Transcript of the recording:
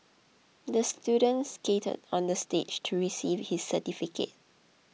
the student skated onto the stage to receive his certificate